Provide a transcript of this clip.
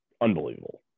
unbelievable